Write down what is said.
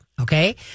Okay